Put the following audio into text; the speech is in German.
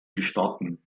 gestatten